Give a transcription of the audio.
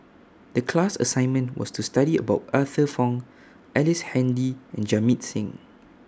The class assignment was to study about Arthur Fong Ellice Handy and Jamit Singh